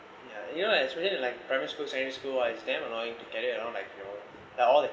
ya you know like especially like primary school secondary school !wah! it's damn annoying to carry around like you know like all that